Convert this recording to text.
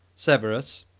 severus,